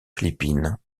philippines